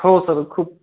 हो सर खूप